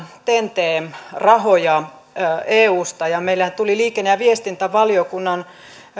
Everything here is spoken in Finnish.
ten t rahoja eusta meillehän tuli liikenne ja viestintävaliokunnan